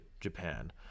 Japan